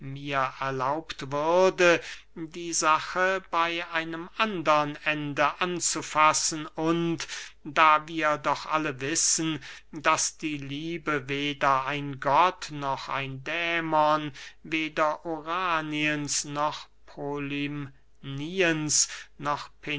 mir erlaubt würde die sache bey einem andern ende anzufassen und da wir doch alle wissen daß die liebe weder ein gott noch ein dämon weder uraniens noch polymniens noch